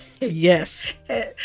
Yes